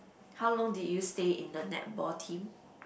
how long did you stay in the netball team